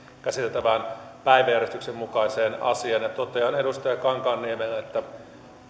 käsiteltävään päiväjärjestyksen mukaiseen asiaan ja totean edustaja kankaanniemelle että